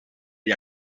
gli